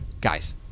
Guys